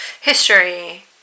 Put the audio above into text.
history